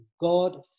God